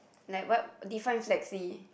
like what define flexi